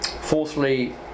Fourthly